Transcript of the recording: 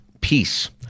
peace